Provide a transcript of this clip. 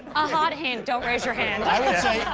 a hot hint don't raise your hand. i would say, yeah